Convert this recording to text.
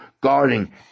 guarding